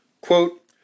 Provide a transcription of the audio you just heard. quote